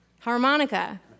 Harmonica